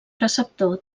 preceptor